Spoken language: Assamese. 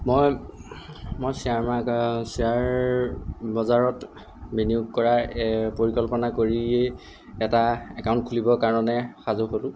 মই শ্বেয়াৰ শ্বেয়াৰ বজাৰত বিনিয়োগ কৰাৰ পৰিকল্পনা কৰিয়ে এটা একাউণ্ট খুলিবৰ কাৰণে সাজু হ'লো